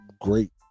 Great